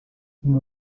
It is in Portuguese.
uma